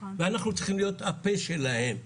ואנחנו צריכים להיות הפה שלהם.